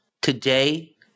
today